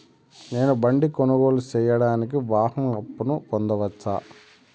నేను బండి కొనుగోలు సేయడానికి వాహన అప్పును పొందవచ్చా?